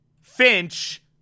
Finch